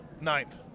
ninth